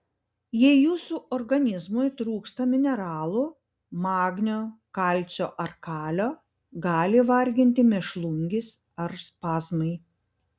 jei jūsų organizmui trūksta mineralų magnio kalcio ar kalio gali varginti mėšlungis ar spazmai